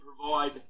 provide